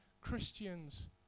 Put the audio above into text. Christians